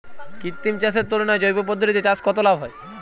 কৃত্রিম চাষের তুলনায় জৈব পদ্ধতিতে চাষে কত লাভ হয়?